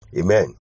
Amen